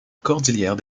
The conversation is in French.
cordillère